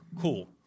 cool